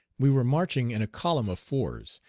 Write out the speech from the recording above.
we were marching in a column of fours,